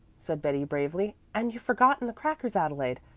said betty bravely, and you've forgotten the crackers, adelaide.